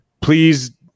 Please